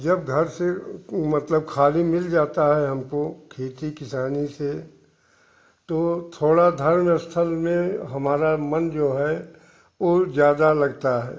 जब घर से मतलब खाली मिल जाता है हमको खेती किसानी से तो थोड़ा धर्म स्थल में हमारा मन जो है और ज़्यादा लगता है